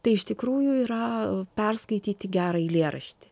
tai iš tikrųjų yra perskaityti gerą eilėraštį